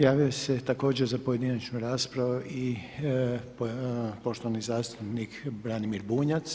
Javio se također za pojedinačnu raspravu i poštovani zastupnik Branimir Bunjac.